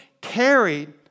carried